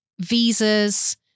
Visas